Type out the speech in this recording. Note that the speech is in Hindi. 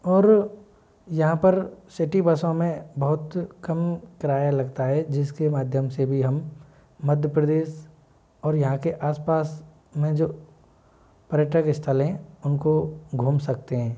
और यहाँ पर सिटी बसों में बहुत कम किराया लगता है जिसके माध्यम से भी हम मध्य प्रदेश और यहाँ के आसपास में जो पर्यटक स्थल हैं उनको घूम सकते हैं